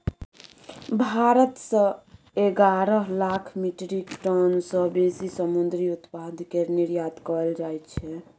भारत सँ एगारह lakh metric ton सँ बेसी समुंदरी उत्पाद केर निर्यात कएल जाइ छै